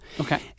Okay